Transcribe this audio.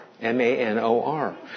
M-A-N-O-R